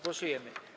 Głosujemy.